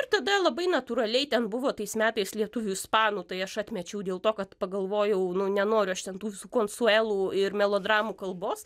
ir tada labai natūraliai ten buvo tais metais lietuvių ispanų tai aš atmečiau dėl to kad pagalvojau nu nenoriu aš ten tų visų konsuelų ir melodramų kalbos